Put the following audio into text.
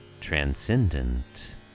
transcendent